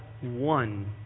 one